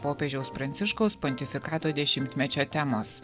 popiežiaus pranciškaus pontifikato dešimtmečio temos